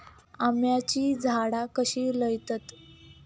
आम्याची झाडा कशी लयतत?